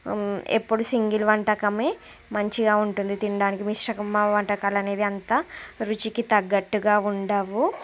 ఎప్పుడు సింగిల్ వంటకమే మంచిగా ఉంటుంది తినడానికి మిశ్రకమ వంటకాలనేది అంత రుచికి తగ్గట్టుగా ఉండవు